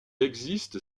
existe